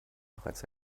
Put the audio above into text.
bereits